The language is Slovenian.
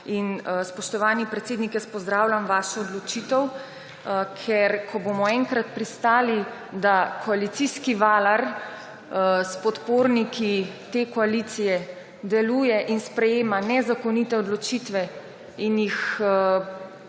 Spoštovani predsednik, jaz pozdravljam vašo odločitev, ker, ko bomo enkrat pristali, da koalicijski valjar s podporniki te koalicije deluje in sprejema nezakonite odločitve in jih